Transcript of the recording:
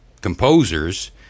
composers